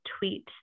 tweet